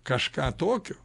kažką tokio